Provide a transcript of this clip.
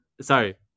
sorry